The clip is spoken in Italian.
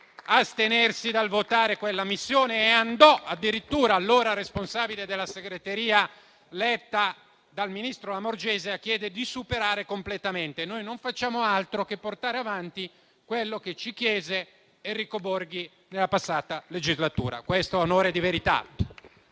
astenerci dal votare quella missione e andò addirittura - allora era responsabile della segreteria Letta - dal ministro Lamorgese per chiedere di superarla completamente. Noi non facciamo altro che portare avanti quello che ci chiese il collega Enrico Borghi nella scorsa legislatura: questo a onor di verità.